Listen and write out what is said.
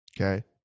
Okay